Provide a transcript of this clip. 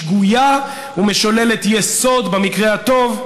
היא שגויה ומשוללת יסוד במקרה הטוב,